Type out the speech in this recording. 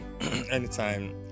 anytime